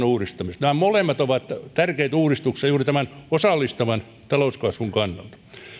uudistamisesta nämä molemmat ovat tärkeitä uudistuksia juuri tämän osallistavan talouskasvun kannalta